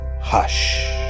Hush